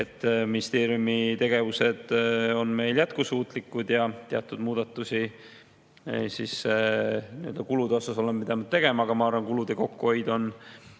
et ministeeriumi tegevused on jätkusuutlikud ja teatud muudatusi kuludes oleme pidanud tegema, aga ma arvan, et kulude kokkuhoid on